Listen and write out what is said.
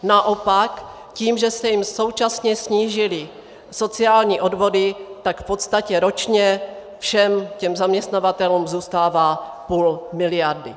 Naopak tím, že se jim současně snížily sociální odvody, tak v podstatě ročně všem těm zaměstnavatelům zůstává půl miliardy.